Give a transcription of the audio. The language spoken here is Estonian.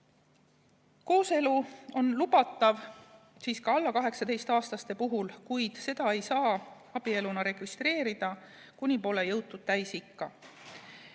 Kooselu on lubatav ka alla 18‑aastaste puhul, kuid seda ei saa abieluna registreerida, kuni pole jõutud täisikka.